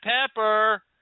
pepper